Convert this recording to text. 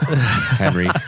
Henry